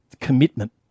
commitment